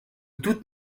toutes